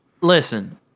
listen